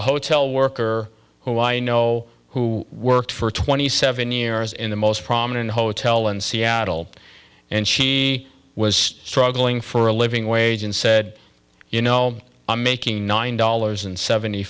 a hotel worker who i know who worked for twenty seven years in the most prominent hotel in seattle and she was struggling for a living wage and said you know i'm making nine dollars and seventy